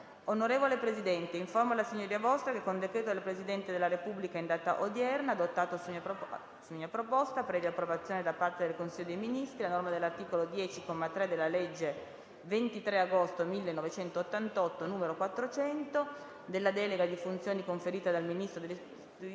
«Onorevole Presidente, informo la Signoria Vostra che con decreto del Presidente della Repubblica in data odierna, adottato su mia proposta, previa approvazione da parte del Consiglio dei Ministri, a norma dell’articolo 10, comma 3, della legge 23 agosto 1988, n. 400, della delega di funzioni conferita dal Ministro dell’istruzione,